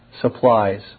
supplies